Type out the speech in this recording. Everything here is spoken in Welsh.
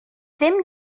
ddim